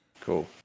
Cool